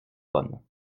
bonne